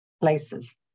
places